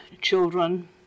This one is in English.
children